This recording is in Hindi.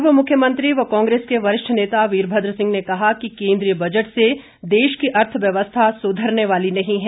पूर्व मुख्यमंत्री व कांग्रेस के वरिष्ठ नेता वीरभद्र सिंह ने कहा कि केन्द्रीय बजट से देश की अर्थव्यवस्था सुधरने वाली नहीं है